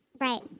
right